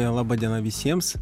laba diena visiems